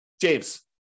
James